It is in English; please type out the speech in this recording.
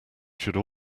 should